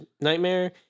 nightmare